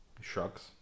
Shrugs